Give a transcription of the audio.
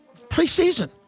Preseason